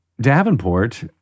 Davenport